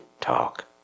talk